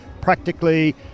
practically